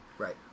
right